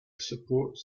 supports